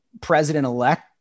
president-elect